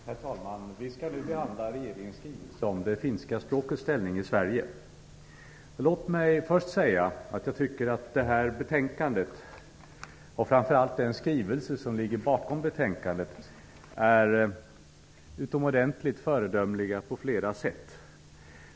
Herr talman! Vi skall nu behandla regeringens skrivelse om det finska språkets ställning i Sverige. Låt mig först säga att jag tycker att betänkandet och framför allt den skrivelse som ligger bakom betänkandet är utomordentligt föredömliga på flera sätt.